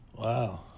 Wow